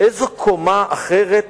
איזו קומה אחרת